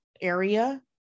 area